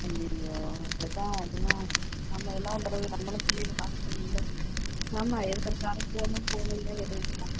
அய்யய்யோ இப்படிதான் அதுவுமே நம்ம என்ன பண்ணுறது நம்மளும் பிள்ளைகளை பார்த்துக்கணும்ல ஆமாம் எதுக்கெடுத்தாலும் ஃபோன் ஃபோனுன்னு தான் கேட்டுகிட்டு இருக்காங்க